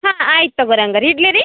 ಹಾಂ ಆಯ್ತು ತಗೋರಿ ಹಂಗಾರೆ ಇಡಲೇ ರೀ